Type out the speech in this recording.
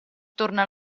torna